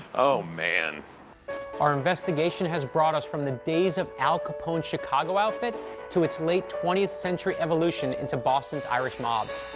oh, man. meltzer our investigation has brought us from the days of al capone's chicago outfit to its late twentieth century evolution into boston's irish mobs.